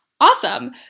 Awesome